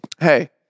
Hey